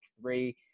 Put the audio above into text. three